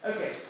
Okay